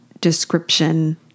description